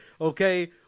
okay